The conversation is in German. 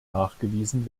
nachgewiesen